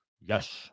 yes